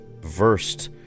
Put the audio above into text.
versed